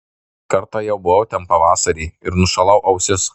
kartą jau buvau ten pavasarį ir nušalau ausis